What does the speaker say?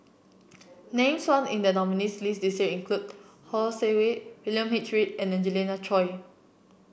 names found in the nominees' list this year include Heng Swee Keat William H Read and Angelina Choy